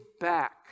back